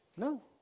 no